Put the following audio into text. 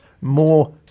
More